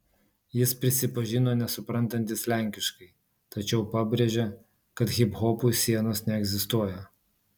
jis prisipažino nesuprantantis lenkiškai tačiau pabrėžė kad hiphopui sienos neegzistuoja